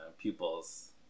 pupils